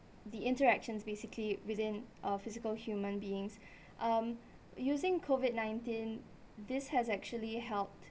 the interactions basically within uh physical human beings um using COVID nineteen this has actually helped